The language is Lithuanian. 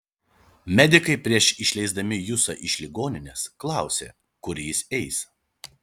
medikai prieš išleisdami jusą iš ligoninės klausė kur jis eis